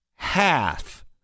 Half